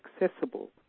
accessible